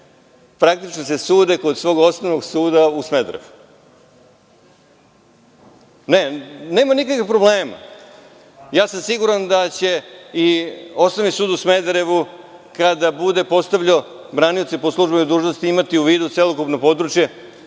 praktično se sude kod svog Osnovnog suda u Smederevu. Ne, nema nikakvih problema. Siguran sam da će i Osnovni sud u Smederevu kada bude postavljao branioce po služenoj dužnosti imati u vidu celokupno područje,